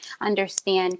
understand